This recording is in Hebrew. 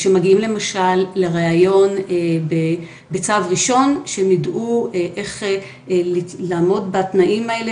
כשהם מגיעים למשל לראיון בצו ראשון שהם יידעו איך לעמוד בתנאים האלה